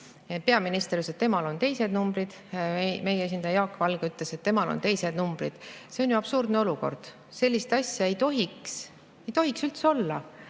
Peaminister ütles, et temal on ühed numbrid, meie esindaja Jaak Valge ütles, et temal on teised numbrid. See on ju absurdne olukord, sellist asja ei tohiks üldse olla.